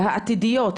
העתידיות,